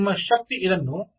ಮತ್ತು ನಿಮ್ಮ ಶಕ್ತಿ ಇದನ್ನು